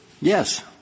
Yes